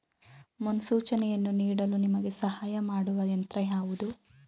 ಮುನ್ಸೂಚನೆಯನ್ನು ನೀಡಲು ನಿಮಗೆ ಸಹಾಯ ಮಾಡುವ ಯಂತ್ರ ಯಾವುದು?